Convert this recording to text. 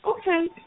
okay